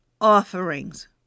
offerings